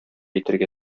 итәргә